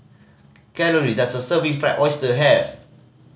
calories does a serving of Fried Oyster have